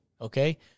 Okay